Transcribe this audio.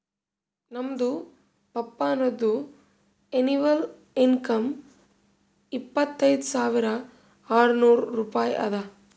ನಮ್ದು ಪಪ್ಪಾನದು annual income ಇಪ್ಪತೈದ್ ಸಾವಿರಾ ಆರ್ನೂರ್ ರೂಪಾಯಿ ಅದಾ